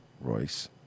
Royce